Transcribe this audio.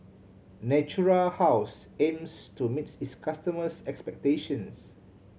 Natura House aims to meet its customers' expectations